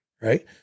Right